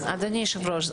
כן, אדוני יושב הראש.